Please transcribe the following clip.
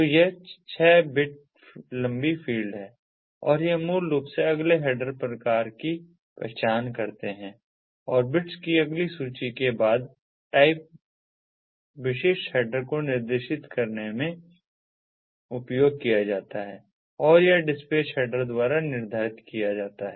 तो यह 6 बिट लंबी फील्ड है और ये मूल रूप से अगले हेडर प्रकार की पहचान करते हैं और बिट्स की अगली सूची के बाद टाइप विशिष्ट हेडर को निर्दिष्ट करने के लिए उपयोग किया जाता है और यह डिस्पैच हेडर द्वारा निर्धारित किया जाता है